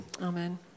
amen